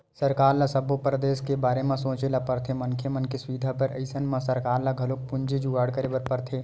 सरकार ल सब्बो परदेस के बारे म सोचे ल परथे मनखे मन के सुबिधा बर अइसन म सरकार ल घलोक पूंजी जुगाड़ करे बर परथे